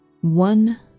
One